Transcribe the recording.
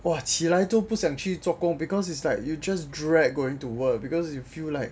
!wah! 起来都不想去做工 because it's like you just dread going to work because you feel like